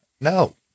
No